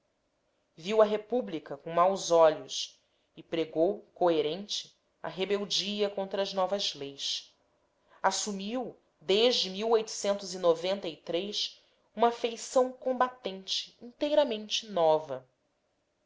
viu a república com maus olhos e pregou coerente a rebeldia contra as novas leis assumiu desde uma feição combatente inteiramente nova